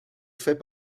fait